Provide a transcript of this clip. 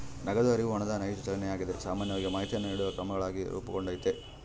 ನಗದು ಹರಿವು ಹಣದ ನೈಜ ಚಲನೆಯಾಗಿದೆ ಸಾಮಾನ್ಯವಾಗಿ ಮಾಹಿತಿಯನ್ನು ನೀಡುವ ಕ್ರಮಗಳಾಗಿ ರೂಪುಗೊಂಡೈತಿ